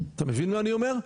אתה מבין מה אני אומר?